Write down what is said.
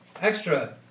extra